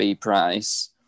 price